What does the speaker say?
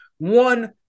One